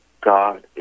God